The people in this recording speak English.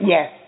Yes